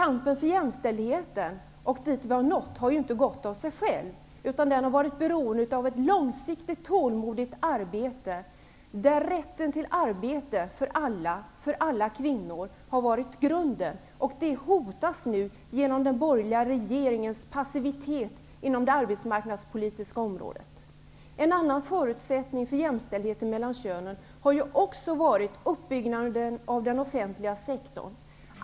Kampen för jämställdheten och dit vi har nått har ju inte gått av sig själv. Den har varit beroende av ett långsiktigt, tålmodigt arbete, där rätten till arbete för alla kvinnor har varit grunden. Det hotas nu genom den borgerliga regeringens passivitet inom det arbetsmarknadspolitiska området. En annan förutsättning för jämställdheten mellan könen har varit uppbyggnaden av den offentliga sektorn.